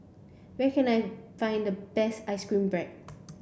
where can I find the best ice cream bread